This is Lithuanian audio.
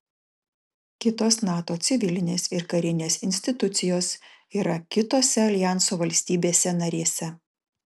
kitos nato civilinės ir karinės institucijos yra kitose aljanso valstybėse narėse